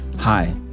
Hi